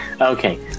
Okay